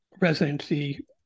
residency